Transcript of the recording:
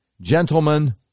gentlemen